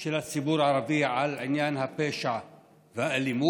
של הציבור הערבי על עניין הפשע והאלימות,